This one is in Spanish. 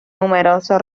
numerosos